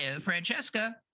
Francesca